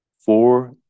four